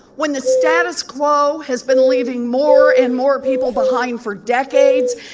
when the status quo has been leaving more and more people behind for decades,